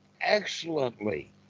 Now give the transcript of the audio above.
excellently